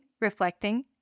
reflecting